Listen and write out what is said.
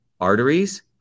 arteries